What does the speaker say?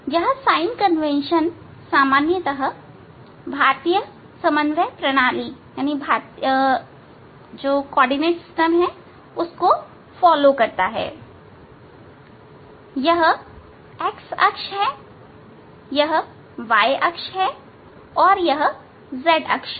यह sign convention सामान्यतः कार्तीय समन्वय प्रणाली का अनुसरण करता है यह x अक्ष है यह y अक्ष है और यह z अक्ष है